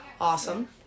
Awesome